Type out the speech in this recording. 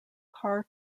car